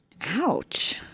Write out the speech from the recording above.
Ouch